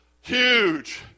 Huge